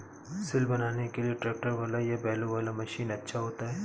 सिल बनाने के लिए ट्रैक्टर वाला या बैलों वाला मशीन अच्छा होता है?